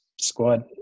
squad